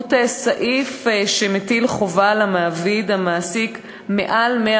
בדמות סעיף שמטיל חובה על מעביד המעסיק יותר מ-100